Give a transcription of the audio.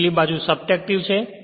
અને નીચલી બાજુ તે સબટ્રેક્ટિવ છે